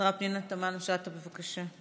השרה פנינה תמנו שטה, בבקשה.